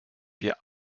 wir